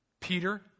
Peter